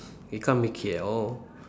it can't make it at all